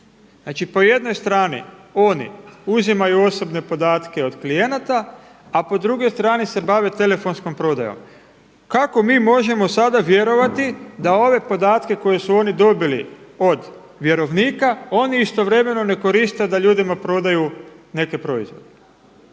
Znači po jednoj strani oni uzimaju osobne podatke od klijenata, a po drugoj strani se bave telefonskom prodajom? Kako mi sada možemo vjerovati da ove podatke koje su oni dobili od vjerovnika oni istovremeno ne koriste da ljudima prodaju neke proizvode?